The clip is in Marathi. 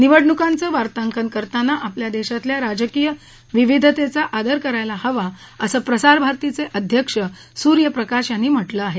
निवडणूकांच वार्ताकन करताना आपल्या देशातल्या राजकीय विविधतेचा आदर करायला हवा असं प्रसार भारतीचे अध्यक्ष सूर्यप्रकाश यांनी म्हटलं आहे